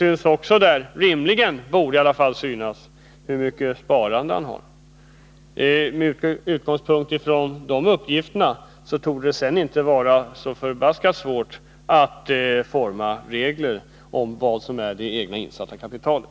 Av deklarationen framgår också — borde i varje fall framgå — hur mycket som sparats. Med utgångspunkt i de uppgifterna torde det sedan inte vara så förfärligt svårt att forma regler beträffande det egna insatta kapitalet.